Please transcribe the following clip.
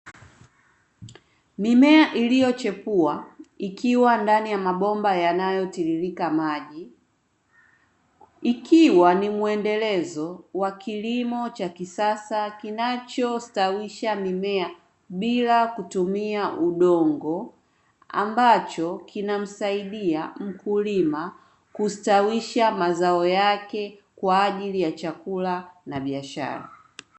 Mimea iliyochipua ikiwa ndani ya mabomba yanayotiririka maji ikiwa ni muendelezo wa kilimo cha kisasa kinachostawisha mimea bila kutumia udongo, ambacho kinamsaidia mkulima kustawisha mazao yake kwa ajili ya chakula na biashara.